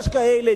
יש כאלה,